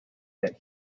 that